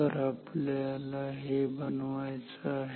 तर हे आपल्याला बनवायचं आहे